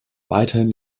weiterhin